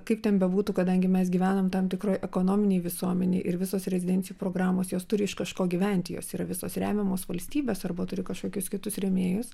kaip ten bebūtų kadangi mes gyvenam tam tikroj ekonominėj visuomenėj ir visos rezidencijų programos jos turi iš kažko gyventi jos yra visos remiamos valstybės arba turi kažkokius kitus rėmėjus